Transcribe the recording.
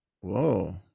whoa